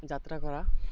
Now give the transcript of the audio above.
যাত্ৰা কৰা